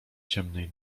ciemnej